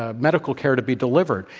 ah medical care to be delivered?